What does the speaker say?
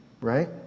right